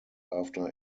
after